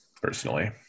personally